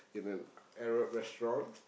in a Arab restaurant